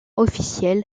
officielle